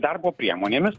darbo priemonėmis